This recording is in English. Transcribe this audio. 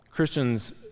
Christians